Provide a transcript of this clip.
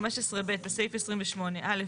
15 (ב') בסעיף 28 (א').